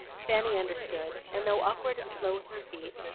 fanny understood and though awkward and slow with her feet,